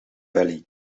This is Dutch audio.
valley